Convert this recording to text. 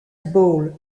bowl